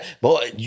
boy